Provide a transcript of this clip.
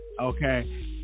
Okay